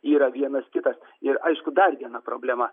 yra vienas kitas ir aišku dar viena problema